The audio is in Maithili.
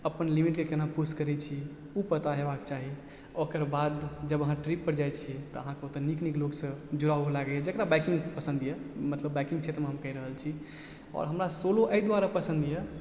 अपन लिमिटके केना पुस करय छी उ पता हेबाके चाही ओकरबाद जब अहाँ ट्रिपपर जाइ छी तऽ अहाँके ओतऽ नीक नीक लोकसँ जुड़ाव होबय लागइए जकरा बाइकिंग पसन्द यऽ मतलब बाइकिंग क्षेत्रमे हम कही रहल छी आओर हमरा सोलो अइ दुआरे पसन्द यऽ